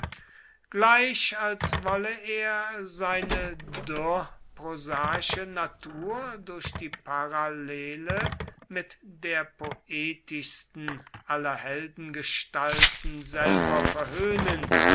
gleich als wolle er seine dürr prosaische natur durch die parallele mit der poetischsten aller heldengestalten selber verhöhnen